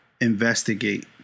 investigate